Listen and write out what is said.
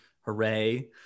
Hooray